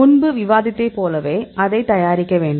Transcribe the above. முன்பு விவாதித்ததைப் போலவே அதைத் தயாரிக்க வேண்டும்